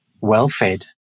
well-fed